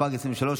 התשפ"ג 2023,